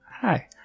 Hi